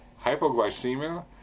hypoglycemia